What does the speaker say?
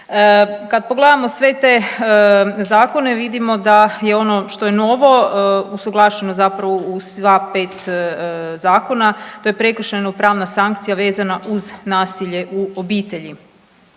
Kad pogledamo sve te zakone, vidimo da je ono što je novo, usuglašeno zapravo u sva 5 zakona, to je prekršajno-pravna sankcija vezana uz nasilje u obitelji.